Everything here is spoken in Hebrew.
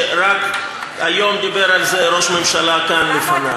ורק היום דיבר על זה ראש הממשלה כאן לפני.